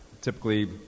Typically